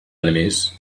enemies